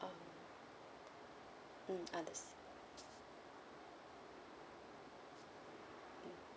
um mm understand mm